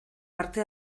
parte